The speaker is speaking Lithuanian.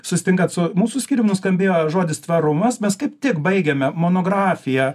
susitinkat su mūsų skyrium nuskambėjo žodis tvarumas mes kaip tik baigėme monografiją